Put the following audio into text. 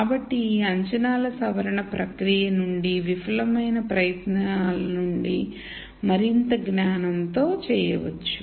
కాబట్టి ఈ అంచనాల సవరణ ప్రక్రియ నుండి విఫలమైన ప్రయత్నాల నుండి మరింత జ్ఞానంతో చేయవచ్చు